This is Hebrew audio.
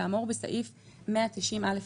כאמור בסעיף 190א לחוק".